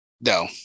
no